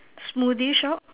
smoothie shop